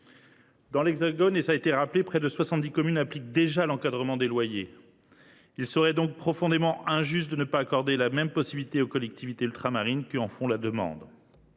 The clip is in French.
Dans l’Hexagone, près de soixante dix communes appliquent déjà l’encadrement des loyers. Il serait donc profondément injuste de ne pas accorder la même possibilité aux collectivités ultramarines qui en formulent la demande.